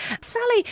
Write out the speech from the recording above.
Sally